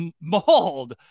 mauled